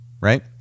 right